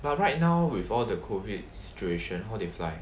but right now with all the COVID situation how they fly